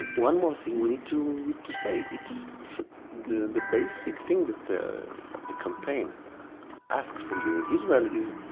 one more thing we need to to say, it's the the basic thing that the the campaign asked from the israeli is,